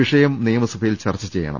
വിഷയം നിയമസഭയിൽ ചർച്ച ചെയ്യണം